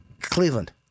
Cleveland